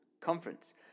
conference